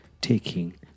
taking